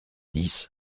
dix